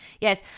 yes